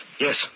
Yes